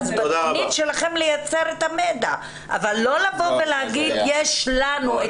אז בתכנית שלכם לייצר --- אבל לא לבוא ולהגיד 'יש לנו את המערך'.